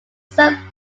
served